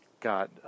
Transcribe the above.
got